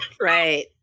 right